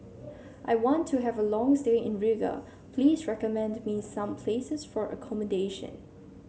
I want to have a long stay in Riga please recommend me some places for accommodation